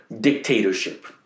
dictatorship